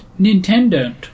Nintendo